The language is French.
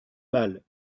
mal